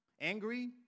angry